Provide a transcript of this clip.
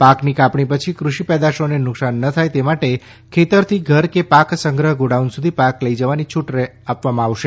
પાકની કાપણી પછી કૃષિ પેદાશોને નુકસાન ન થાય તે માટે ખેતરથી ઘર કે પાક સંગ્રહ ગોડાઉન સુધી પાક લઇ જવાની છુટ રહેશે